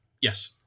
yes